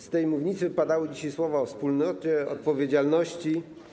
Z tej mównicy padały dzisiaj słowa o wspólnocie, odpowiedzialności.